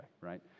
right